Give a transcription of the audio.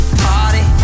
party